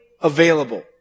available